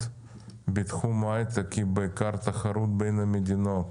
בתחום ההייטק היא בעיקר בין המדינות